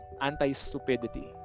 anti-stupidity